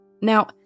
Now